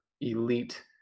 elite